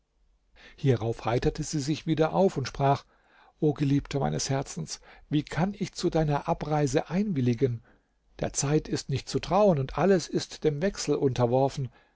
hierauf heiterte sie sich wieder auf und sprach o geliebter meines herzens wie kann ich zu deiner abreise einwilligen der zeit ist nicht zu trauen und alles ist dem wechsel unterworfen